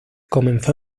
comenzó